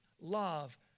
love